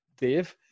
Dave